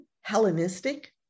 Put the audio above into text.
Hellenistic